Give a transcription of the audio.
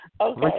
Okay